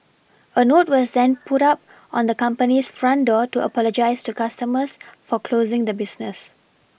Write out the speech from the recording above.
a note was then put up on the company's front door to apologise to customers for closing the business